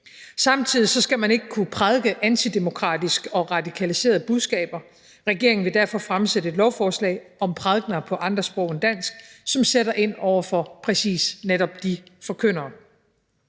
Samtidig skal man ikke kunne prædike antidemokratiske og radikaliserede budskaber. Regeringen vil derfor fremsætte et lovforslag om prædikener på andre sprog end dansk, som netop sætter ind over for præcis de forkyndere.